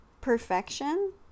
perfection